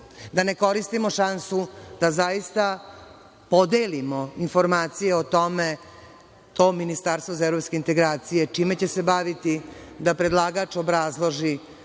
da ne koristimo šansu da zaista podelimo informacije o tome, to ministarstvo za evropske integracije čime će se baviti, da predlagač obrazloži